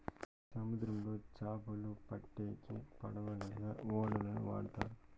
సముద్రంలో చాపలు పట్టేకి పడవ లేదా ఓడలను వాడుతారు